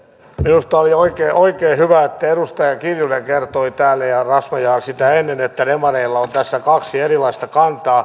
minusta oli oikein hyvä että edustaja kiljunen kertoi täällä ja razmyar sitä ennen että demareilla on tässä kaksi erilaista kantaa